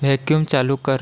vacuum चालू कर